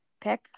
Pick